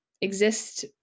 exist